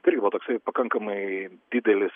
irgi buvo toksai pakankamai didelis